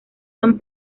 son